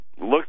look